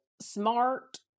smart